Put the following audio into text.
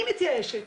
אני מתייאשת.